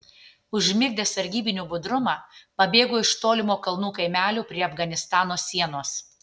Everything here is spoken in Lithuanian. užmigdęs sargybinių budrumą pabėgo iš tolimo kalnų kaimelio prie afganistano sienos